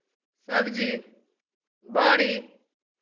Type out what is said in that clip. सब्जी बरी